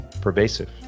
pervasive